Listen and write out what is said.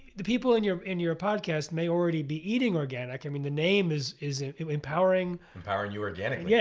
the people in your in your podcast may already be eating organic. i mean, the name is is ah empowering jonathan empowering you organically. yeah